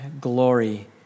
glory